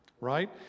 right